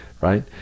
right